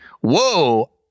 whoa